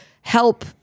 help